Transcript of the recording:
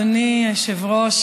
אדוני היושב-ראש,